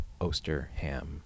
Osterham